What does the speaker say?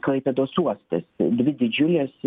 klaipėdos uostas dvi didžiulės